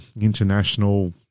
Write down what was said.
international